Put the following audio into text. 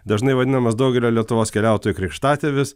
dažnai vadinamas daugelio lietuvos keliautojų krikštatėvis